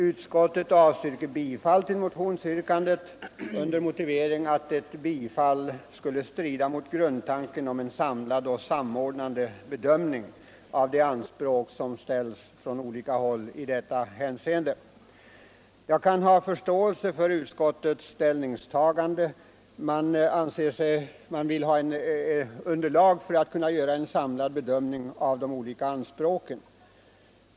Utskottet avstyrker motionsyrkandet under motivering att ett bifall skulle strida mot grundtanken om en samlad och samordnad bedömning av de anspråk som ställs från olika håll i detta hänseende. Jag kan förstå utskottets ställningstagande. Man vill ha ytterligare underlag för att göra en samlad bedömning av de olika anspråken.